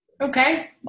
Okay